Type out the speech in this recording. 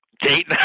Date